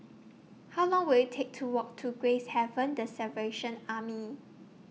How Long Will IT Take to Walk to Gracehaven The Salvation Army